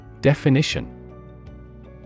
Definition